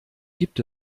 gibt